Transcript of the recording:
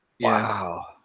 Wow